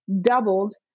doubled